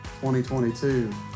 2022